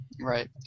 Right